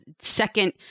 second